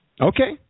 Okay